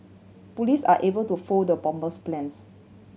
police are able to foil the bomber's plans